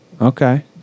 Okay